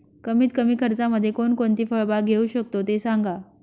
कमीत कमी खर्चामध्ये कोणकोणती फळबाग घेऊ शकतो ते सांगा